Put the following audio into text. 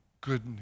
good